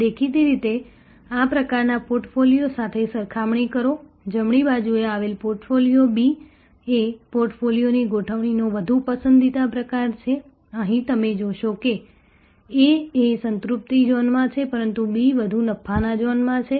દેખીતી રીતે આ પ્રકારના પોર્ટફોલિયો સાથે સરખામણી કરો જમણી બાજુએ આવેલ પોર્ટફોલિયો B એ પોર્ટફોલિયોની ગોઠવણીનો વધુ પસંદીદા પ્રકાર છે અહીં તમે જોશો કે A એ સંતૃપ્તિ ઝોનમાં છે પરંતુ B વધુ નફાના ઝોનમાં છે